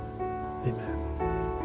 Amen